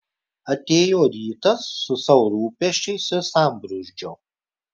atėjo rytas su savo rūpesčiais ir sambrūzdžiu